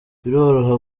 biroroha